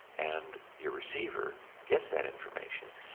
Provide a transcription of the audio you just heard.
and your receiver gets that information,